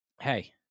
Hey